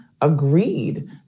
agreed